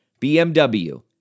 BMW